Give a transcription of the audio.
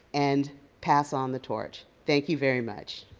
and pass on the torch. thank you very much.